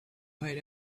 paid